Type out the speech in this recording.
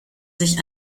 sich